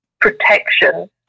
protection